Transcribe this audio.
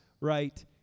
right